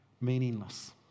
meaningless